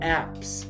apps